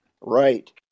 Right